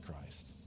Christ